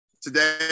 today